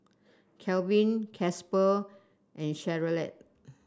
Kelvin Casper and Charolette